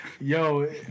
Yo